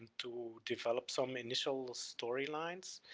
to develop some initial storylines